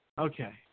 Okay